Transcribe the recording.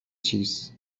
چیز